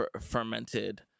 fermented